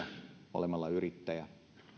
olemalla yrittäjä